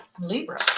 libra